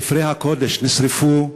ספרי הקודש נשרפו,